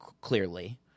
clearly